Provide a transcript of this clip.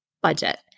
budget